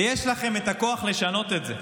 ויש לכם את הכוח לשנות את זה,